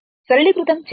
సరళీకృతం చేయండి